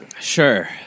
Sure